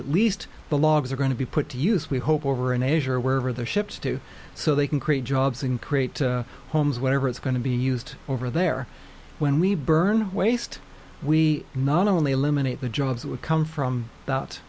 at least the logs are going to be put to use we hope over in asia or wherever they're shipped to so they can create jobs and create homes whatever it's going to be used over there when we burn waste we not only eliminate the jobs that would come from